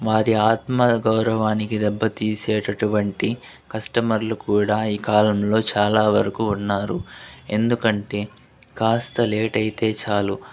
వారి ఆత్మ గౌరవానికి దెబ్బతీసేటటువంటి కస్టమర్లు కూడా ఈ కాలంలో చాలా వరకు ఉన్నారు ఎందుకంటే కాస్త లేట్ అయితే చాలు